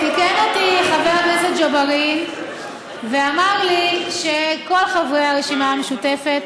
תיקן אותי חבר הכנסת ג'בארין ואמר לי שכל חברי הרשימה המשותפת